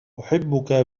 أحبك